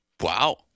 Wow